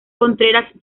contreras